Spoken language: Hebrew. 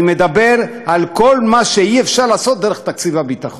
אני מדבר על כל מה שאי-אפשר לעשות דרך תקציב הביטחון,